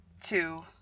two